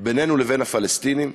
בינינו לבין הפלסטינים.